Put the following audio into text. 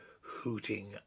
hooting